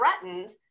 threatened